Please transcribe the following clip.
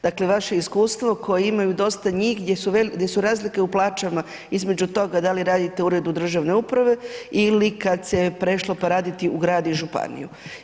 Dakle, vaše iskustvo koje imaju dosta njih gdje su razlike u plaćama između toga da li radite u uredu državne uprave ili kad se prešlo pa raditi u grad i županiju.